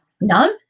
No